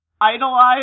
idolize